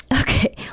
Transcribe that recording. Okay